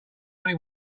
only